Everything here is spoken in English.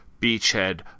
Beachhead